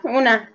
una